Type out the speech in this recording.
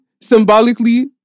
symbolically